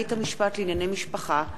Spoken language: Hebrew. הצעת חוק בית-המשפט לענייני משפחה (תיקון,